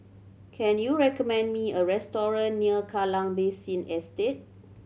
can you recommend me a restaurant near Kallang Basin Estate